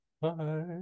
Bye